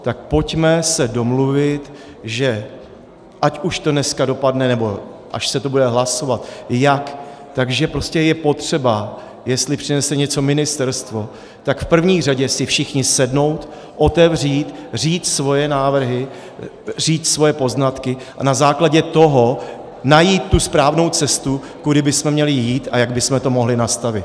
Tak pojďme se domluvit, že ať už do dneska dopadne, nebo až se to bude hlasovat, jak, že prostě je potřeba, jestli přinese něco ministerstvo, tak v první řadě si všichni sednout, otevřít, říct svoje návrhy, říct svoje poznatky a na základě toho najít tu správnou cestu, kudy bychom měli jít a jak bychom to mohli nastavit.